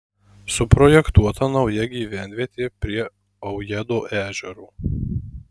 suprojektuota nauja gyvenvietė prie aujėdo ežero